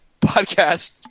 podcast